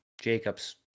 Jacobs